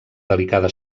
delicada